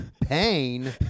pain